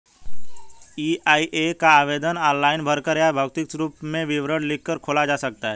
EIA का आवेदन online भरकर या भौतिक रूप में विवरण लिखकर खोला जा सकता है